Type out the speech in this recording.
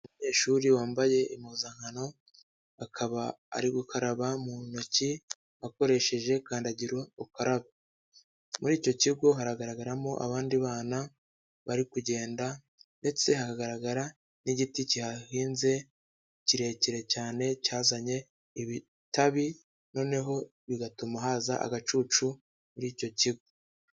Umunyeshuri wambaye impuzankano akaba ari gukaraba mu ntoki akoresheje kandagira ukarabe, muri icyo kigo haragaragaramo abandi bana bari kugenda ndetse hakagaragara n'igiti kihinze kirekire cyane cyazanye ibitabi noneho bigatuma haza agacucu muri icyo kigo.